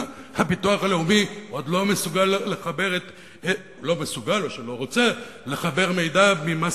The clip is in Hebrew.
הביטוח הלאומי לא מסוגל או לא רוצה לחבר מידע ממס